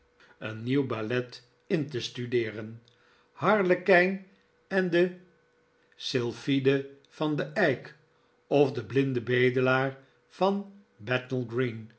in nieuw ballet in te studeeren harlekljn en de sylphide van den eik of de blinde bedelaar van